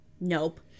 nope